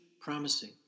promising